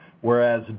whereas